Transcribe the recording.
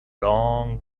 long